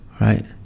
right